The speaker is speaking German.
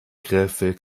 graefe